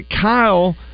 Kyle